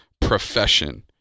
profession